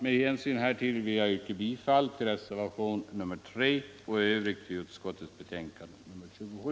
Med hänsyn härtill vill jag yrka bifall till reservationen 3 och i övrigt till utskottets hemställan i betänkande nr 27.